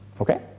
Okay